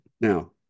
now